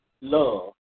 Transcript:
love